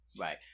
right